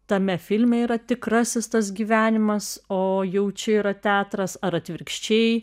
tame filme yra tikrasis tas gyvenimas o jau čia yra teatras ar atvirkščiai